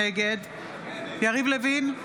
נגד יריב לוין,